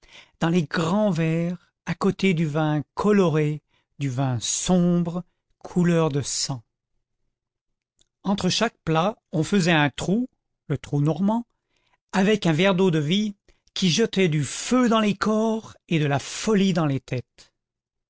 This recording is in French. dans les grands verres à côté du vin coloré du vin sombre couleur de sang entre chaque plat on faisait un trou le trou normand avec un verre d'eau-de-vie qui jetait du feu dans les corps et de la folie dans les têtes